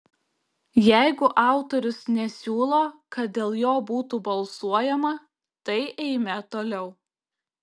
jeigu autorius nesiūlo kad dėl jo būtų balsuojama tai eime toliau